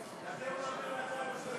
דוד, הצעה לסדר.